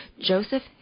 Joseph